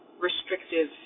restrictive